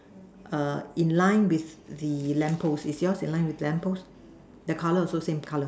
err in line with the lamp post is yours in line with the lamp post the color also same color